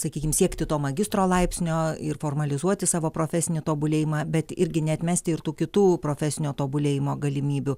sakykim siekti to magistro laipsnio ir formalizuoti savo profesinį tobulėjimą bet irgi neatmesti ir tų kitų profesinio tobulėjimo galimybių